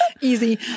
Easy